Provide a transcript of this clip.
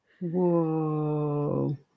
Whoa